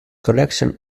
correction